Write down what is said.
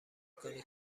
کنه